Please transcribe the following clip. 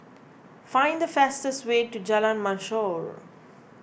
find the fastest way to Jalan Mashor